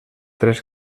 tres